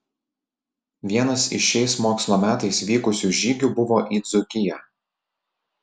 vienas iš šiais mokslo metais vykusių žygių buvo į dzūkiją